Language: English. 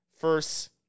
First